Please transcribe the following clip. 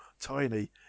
tiny